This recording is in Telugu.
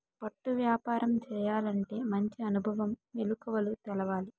పట్టు వ్యాపారం చేయాలంటే మంచి అనుభవం, మెలకువలు తెలవాలి